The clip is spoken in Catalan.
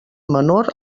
menor